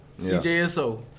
CJSO